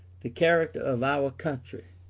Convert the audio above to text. the character of our country,